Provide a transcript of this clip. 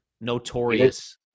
notorious